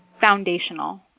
foundational